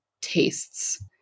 tastes